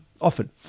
often